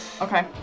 Okay